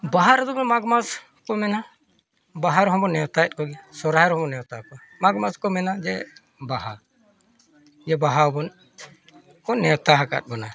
ᱵᱟᱦᱟ ᱨᱮᱫᱚ ᱚᱱᱮ ᱢᱟᱜᱽ ᱢᱟᱥ ᱠᱚ ᱢᱮᱱᱟ ᱵᱟᱦᱟ ᱨᱮᱦᱚᱸ ᱱᱮᱣᱛᱟᱭᱮᱜ ᱠᱚᱜᱮᱭᱟ ᱥᱚᱨᱦᱟᱭ ᱨᱮᱦᱚᱸ ᱵᱚᱱ ᱱᱮᱣᱛᱟ ᱠᱚᱣᱟ ᱢᱟᱜᱽ ᱢᱟᱥ ᱠᱚ ᱢᱮᱱᱟ ᱡᱮ ᱵᱟᱦᱟ ᱡᱮ ᱵᱟᱦᱟ ᱵᱚᱱ ᱠᱚ ᱱᱮᱣᱛᱟ ᱠᱟᱜ ᱵᱚᱱᱟ